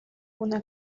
una